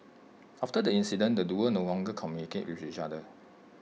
after the incident the duo no longer communicated with each other